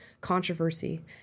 controversy